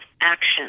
action